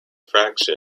fraction